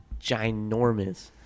ginormous